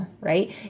right